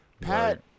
pat